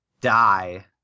die